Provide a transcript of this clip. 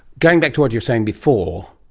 going back to what you were saying before,